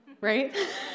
right